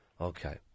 Okay